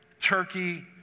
turkey